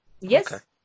yes